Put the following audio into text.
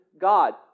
God